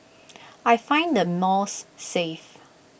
I find the malls safe